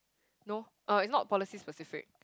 no uh is not policy specific